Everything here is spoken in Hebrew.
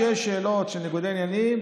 כשיש שאלות של ניגודי עניינים,